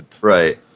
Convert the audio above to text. Right